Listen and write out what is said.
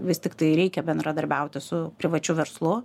vis tiktai reikia bendradarbiauti su privačiu verslu